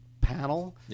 panel